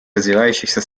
развивающихся